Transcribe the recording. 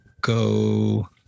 go